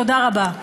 תודה רבה.